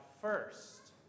first